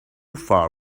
far